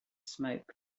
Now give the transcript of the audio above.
smoke